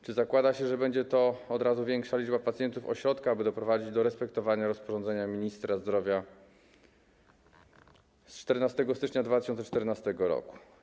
Czy zakłada się, że będzie to od razu większa liczba pacjentów ośrodka, aby doprowadzić do respektowania rozporządzenia ministra zdrowia z 14 stycznia 2014 r.